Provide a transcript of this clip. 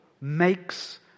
makes